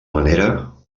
manera